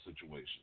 situation